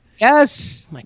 Yes